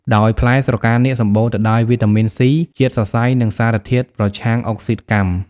ដោយផ្លែស្រកានាគ សំបូរទៅដោយ វីតាមីន ស៊ី ជាតិសរសៃ និងសារធាតុប្រឆាំងអុកស៊ីតកម្ម។